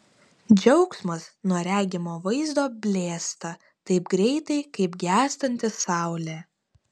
džiaugsmas nuo regimo vaizdo blėsta taip greitai kaip gęstanti saulė